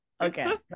Okay